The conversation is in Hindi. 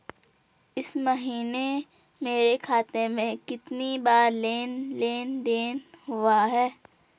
इस महीने मेरे खाते में कितनी बार लेन लेन देन हुआ है?